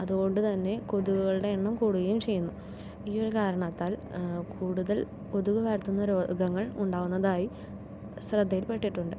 അതുകൊണ്ടുതന്നെ കൊതുകുകളുടെ എണ്ണം കൂടുകയും ചെയ്യുന്നു ഈ ഒരു കാരണത്താൽ കൂടുതൽ കൊതുക് പരത്തുന്ന രോഗങ്ങൾ ഉണ്ടാകുന്നതായി ശ്രദ്ധയിൽ പെട്ടിട്ടുണ്ട്